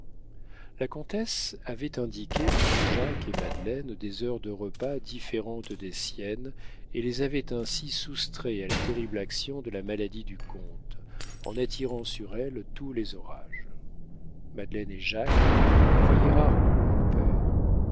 la comtesse avait indiqué pour jacques et madeleine des heures de repas différentes des siennes et les avait ainsi soustraits à la terrible action de la maladie du comte en attirant sur elle tous les orages madeleine et jacques voyaient rarement leur père